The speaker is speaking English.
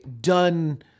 done